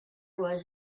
was